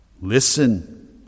Listen